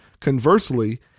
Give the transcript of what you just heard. Conversely